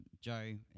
Joe